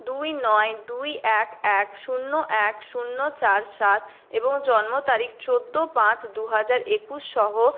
দুই নয় দুই এক এক শূন্য এক শূন্য চার সাত এবং জন্মতারিখ চোদ্দ পাঁচ দুহাজার একুশ সহ